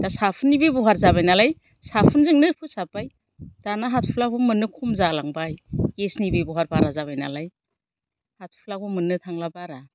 दा साफोननि बेब'हार जाबाय नालाय साफोनजोंनो फोसाबबाय दाना हाथ'फ्लाबो मोननो खम जालांबाय गेसनि बेब'हार जाबाय नालाय हाथ'फ्लाखौ मोननो थांला बारा